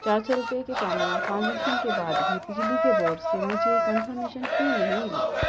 چار سو روپئے کی کامیاب ٹرانزیکشن کے بعد بھی بجلی کے بورڈ سے مجھے کنفرمیشن کیوں نہیں ملی